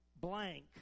blank